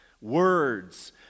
words